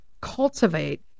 cultivate